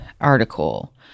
article